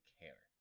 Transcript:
care